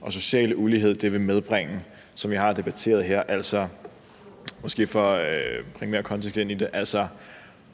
og sociale ulighed, det vil medføre, som vi har debatteret her, altså måske for at få den primære kontekst ind i det.